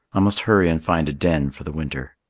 i must hurry and find a den for the winter.